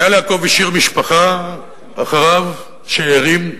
אייל יעקב השאיר אחריו משפחה, שאירים.